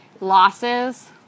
losses